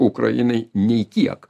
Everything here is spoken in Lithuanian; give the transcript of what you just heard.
ukrainai nei kiek